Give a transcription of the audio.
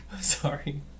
sorry